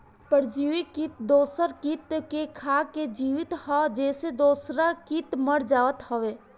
परजीवी किट दूसर किट के खाके जियत हअ जेसे दूसरा किट मर जात हवे